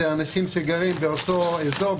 זה אנשים שגרים באותו אזור,